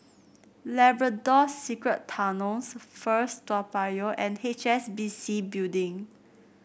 Labrador Secret Tunnels First Toa Payoh and H S B C Building